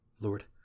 Lord